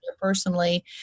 personally